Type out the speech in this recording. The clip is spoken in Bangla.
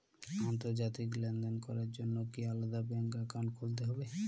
আন্তর্জাতিক লেনদেন করার জন্য কি আলাদা ব্যাংক অ্যাকাউন্ট খুলতে হবে?